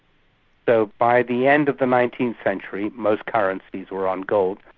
so by the end of the nineteenth century, most currencies were on gold.